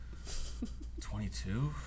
22